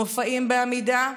מופעים בעמידה,